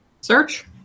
Search